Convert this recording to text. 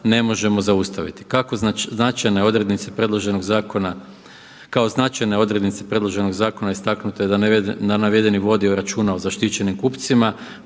ne možemo zaustaviti. Kao značajne odrednice predloženog zakona istaknuto je da na navedeni vodio računa o zaštićenim kupcima,